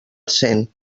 cent